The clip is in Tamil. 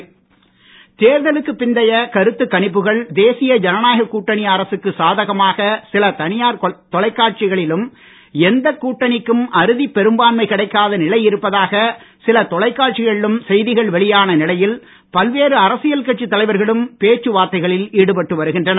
அமித் ஷா தேர்தலுக்குப் பிந்தைய கருத்துக் கணிப்புகள் தேசிய ஜனநாயக கூட்டணி அரசுக்கு சாதகமாக சில தனியார் தொலைக்காட்சிகளிலும் எந்தக் கூட்டணிக்கும் அறுதிப் பெரும்பான்மை கிடைக்காத நிலை இருப்பதாக சில தொலைக்காட்சிகளிலும் செய்திகள் வெளியான நிலையில் பல்வேறு அரசியல் கட்சித் தலைவர்களும் பேச்சு வார்த்தைகளில் ஈடுபட்டு வருகின்றனர்